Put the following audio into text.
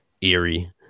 eerie